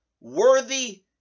worthy